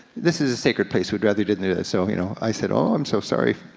this is a sacred place, we'd rather you didn't do that. so you know i said, oh, i'm so sorry,